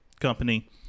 company